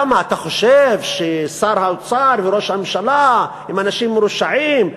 למה אתה חושב ששר האוצר וראש הממשלה הם אנשים מרושעים,